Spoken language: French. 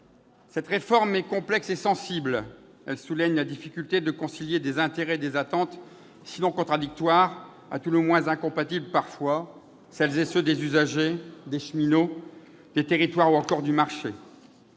Cette réforme est complexe et sensible. Elle souligne la difficulté de concilier des intérêts et des attentes sinon contradictoires, à tout le moins incompatibles parfois. Je veux parler de ceux des usagers, des cheminots, des territoires, ou encore du marché.